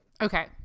Okay